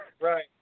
right